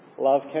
Love